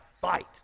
fight